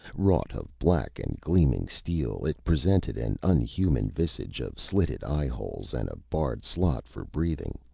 wrought of black and gleaming steel, it presented an unhuman visage of slitted eyeholes and a barred slot for breathing.